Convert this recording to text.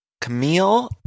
Camille